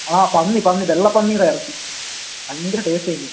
ആ പന്നി പന്നി വെള്ളപന്നീടെ ഇറച്ചി ഭയങ്കര ടേസ്റ്റാ അതിന്